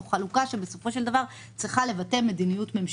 זו חלוקה שבסופו של דבר צריכה לבטא מדיניות ממשלתית.